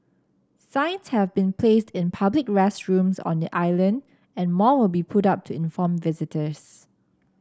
signs have been placed in public restrooms on the island and more will be put up to inform visitors